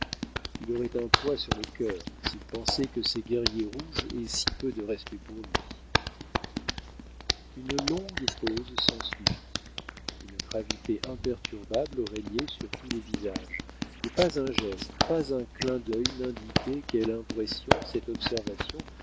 il aurait un poids sur le cœur s'il pensait que ses guerriers rouges aient si peu de respect pour lui une longue pause s'ensuivit une gravité imperturbable régnait sur tous les visages et pas un geste pas un clin d'œil n'indiquait quelle impression cette observation